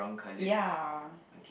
ya